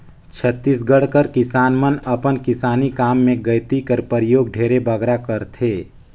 छत्तीसगढ़ कर किसान मन अपन किसानी काम मे गइती कर परियोग ढेरे बगरा करथे